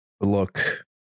look